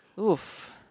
Oof